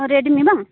Redmi ᱵᱟᱝ